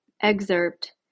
excerpt